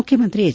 ಮುಖ್ಯಮಂತ್ರಿ ಎಚ್